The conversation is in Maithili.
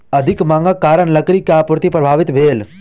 अधिक मांगक कारण लकड़ी के आपूर्ति प्रभावित भेल